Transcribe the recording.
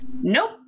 Nope